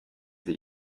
sie